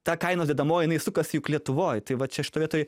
ta kainos dedamoji jinai sukasi juk lietuvoj tai vat čia šitoj vietoj